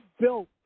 built